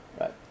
Right